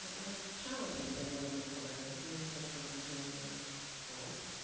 and a challenging thing within philanthropy, especially when dealing with wealth,